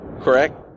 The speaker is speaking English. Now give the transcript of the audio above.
correct